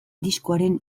diskoaren